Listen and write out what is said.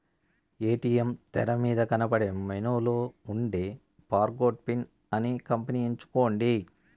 ATM తెరమీద కనబడే మెనూలో ఉండే ఫర్గొట్ పిన్ అనే ఎంపికని ఎంచుకోండి